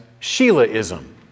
Sheilaism